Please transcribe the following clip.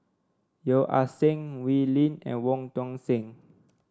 Yeo Ah Seng Wee Lin and Wong Tuang Seng